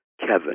Kevin